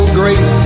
great